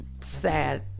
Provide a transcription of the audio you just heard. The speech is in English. sad